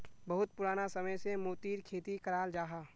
बहुत पुराना समय से मोतिर खेती कराल जाहा